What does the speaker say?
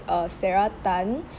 uh sarah tan